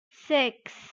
six